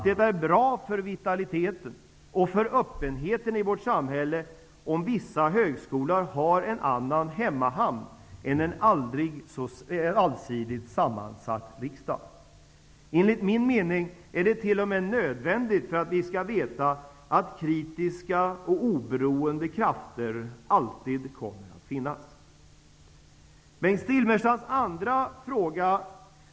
Det är bra för vitaliteten och för öppenheten i vårt samhälle om vissa högskolor har en annan hemmahamn än en aldrig så allsidigt sammansatt riksdag. Enligt min mening är det t.o.m. nödvändigt för att vi skall veta att kritiska och oberoende krafter alltid kommer att finnas.